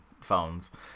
phones